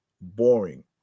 Boring